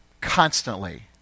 constantly